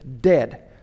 dead